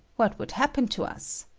what would happen to us?